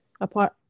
apart